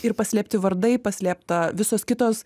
ir paslėpti vardai paslėpta visos kitos